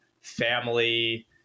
family